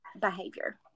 behavior